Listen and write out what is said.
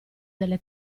delle